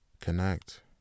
connect